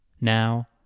Now